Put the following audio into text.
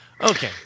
Okay